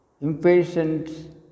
Impatience